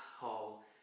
Hall